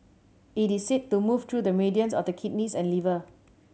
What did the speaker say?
it is said to move through the meridians of the kidneys and liver